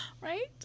Right